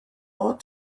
ought